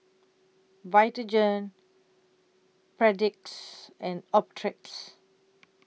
Vitagen Perdix and Optrex